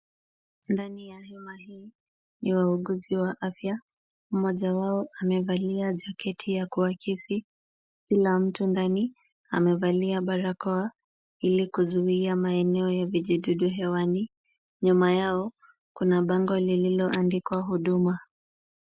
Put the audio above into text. Ndani ya hema hii ya wauguzi wa afya, mmoja wao amevalia jaketi ya kuakisi. Kila mtu ndani amevalia barakoa, ili kuzuia maeneo ya vijidudu hewani. Nyuma yao kuna bango lililoandikwa huduma.